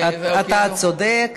גם אם הן, אתה צודק.